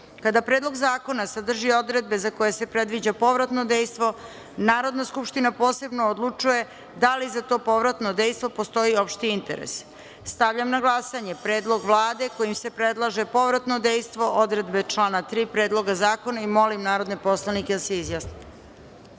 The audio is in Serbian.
kada Predlog zakona sadrži odredbe za koje se predviđa povratno dejstvo Narodna skupština posebno odlučuje da li za to povratno dejstvo postoji opšti interes. Stavljam na glasanje Predlog Vlade kojim se predlaže povratno dejstvo odredbe člana 3. Predloga zakona. Molim narodne poslanike da se